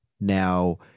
Now